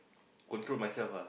control myself ah